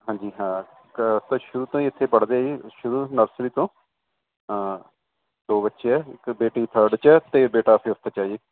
ਹਾਂਜੀ ਹਾਂ ਸਰ ਸ਼ੂਰੂ ਤੋਂ ਹੀ ਇੱਥੇ ਪੜ੍ਹਦੇ ਆ ਜੀ ਸ਼ੁਰੂ ਨਰਸਰੀ ਤੋਂ ਹਾਂ ਦੋ ਬੱਚੇ ਆ ਇੱਕ ਬੇਟੀ ਥਰਡ 'ਚ ਅਤੇ ਬੇਟਾ ਫਿਫਥ ਹੈ ਜੀ